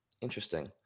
Interesting